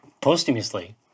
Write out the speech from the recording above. posthumously